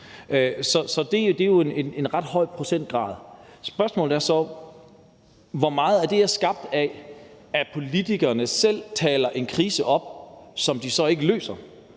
Det er jo en ret høj procent, og spørgsmålet er så, hvor meget af det er skabt af, at politikerne selv taler en krise op, som de så ikke løser,